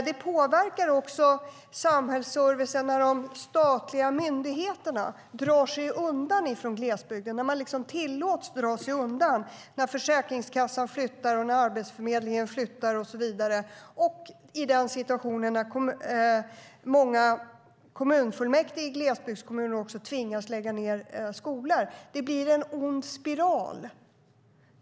Det påverkar också samhällsservicen när de statliga myndigheterna tillåts att dra sig undan från glesbygden, när Försäkringskassan, Arbetsförmedlingen och så vidare flyttar och när många kommunfullmäktige i glesbygdskommuner också tvingas att lägga ned skolor. Det blir en ond spiral.